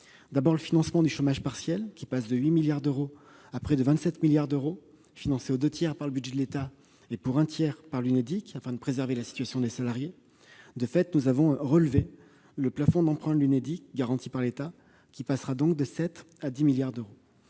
d'abord, le financement du chômage partiel passe de 8 milliards d'euros à près de 27 milliards d'euros, financés aux deux tiers par le budget de l'État et à un tiers par l'Unédic, pour préserver la situation des salariés. De ce fait, le relèvement du plafond d'emprunt de l'Unédic garanti par l'État passera de 7 à 10 milliards d'euros.